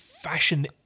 Fashion